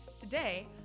Today